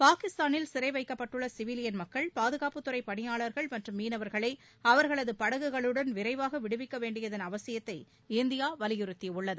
பாகிஸ்தானில் சிறை வைக்கப்பட்டுள்ள சிவிலியன் மக்கள் பாதுகாப்புத்துறை பணியாளர்கள் மற்றும் மீனவர்களை அவர்களது படகுகளுடன் விரைவாக விடுவிக்க வேண்டியதன் அவசியத்தை இந்தியா வலியுறுத்தியுள்ளது